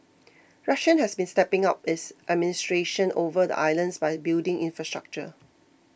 Russia has been stepping up its administration